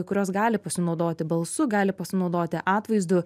kurios gali pasinaudoti balsu gali pasinaudoti atvaizdu